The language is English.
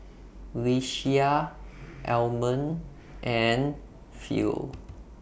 Ieshia Almon and Philo